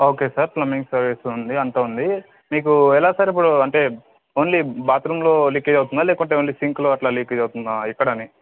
okay sir plumbing service ఉంది అంతా ఉంది మీకు ఎలా సార్ ఇప్పుడు అంటే ఓన్లీ బాత్రూమ్లో లీకేజ్ అవుతుందా లేకుంటే ఓన్లీ సింక్లో అట్లా లీకేజ్ అవుతుందా ఎక్కడని